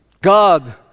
God